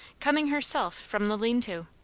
coming herself from the lean-to.